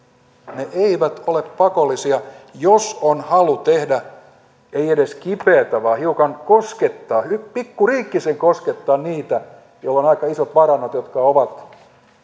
ne eivät ole pakollisia jos on halu ei edes tehdä kipeästi vaan hiukan koskettaa pikkuriikkisen koskettaa niitä joilla on aika isot varannot jotka ovat